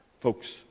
Folks